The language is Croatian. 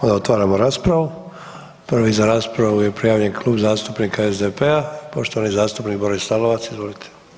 Onda otvaramo raspravu, prvi za raspravu je prijavljen Klub zastupnika SDP-a, poštovani zastupnik Boris Lalovac, izvolite.